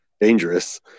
dangerous